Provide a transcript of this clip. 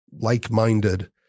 like-minded